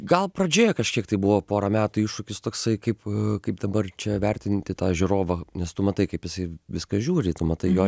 gal pradžioje kažkiek tai buvo pora metų iššūkis toksai kaip kaip dabar čia vertinti tą žiūrovą nes tu matai kaip jisai viską žiūri tu matai jo